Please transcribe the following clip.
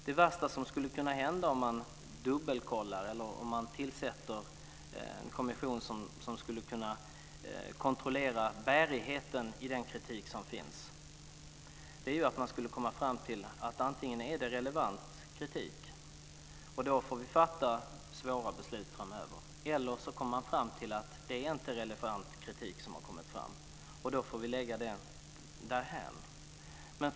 Det värsta som skulle kunna hända om man dubbelkollade eller tillsatte en kommission som kunde kontrollera bärigheten i den kritik som finns är att man antingen kom fram till att kritiken är relevant - då får vi fatta svåra beslut framöver - eller också kom fram till att kritiken inte är relevant kritik. Då får vi lägga den därhän.